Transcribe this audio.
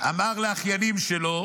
אמר לאחיינים שלו